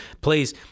please